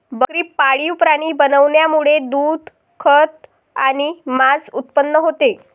बकरी पाळीव प्राणी बनवण्यामुळे दूध, खत आणि मांस उत्पन्न होते